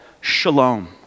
shalom